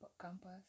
campus